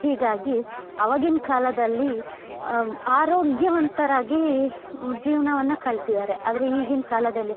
ಹೀಗಾಗಿ ಅವಾಗಿನ ಕಾಲದಲ್ಲಿ ಆರೋಗ್ಯವಂತರಾಗಿ ಜೀವನವನ್ನ ಕಳೆದಿದ್ದಾರೆ ಆದರೆ ಈಗಿನ ಕಾಲದಲ್ಲಿ